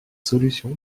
solution